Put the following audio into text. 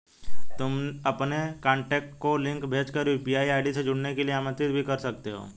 तुम अपने कॉन्टैक्ट को लिंक भेज कर यू.पी.आई से जुड़ने के लिए आमंत्रित भी कर सकते हो